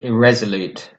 irresolute